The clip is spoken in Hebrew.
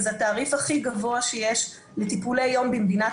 וזה התעריף הכי גבוה שיש לטיפולי יום במדינת